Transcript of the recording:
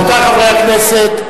רבותי חברי הכנסת,